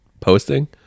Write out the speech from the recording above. posting